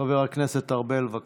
חבר הכנסת ארבל, בבקשה.